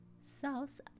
South